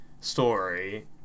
story